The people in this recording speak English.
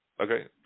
Okay